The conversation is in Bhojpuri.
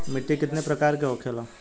मिट्टी कितने प्रकार के होखेला?